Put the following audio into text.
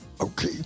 Okay